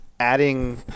Adding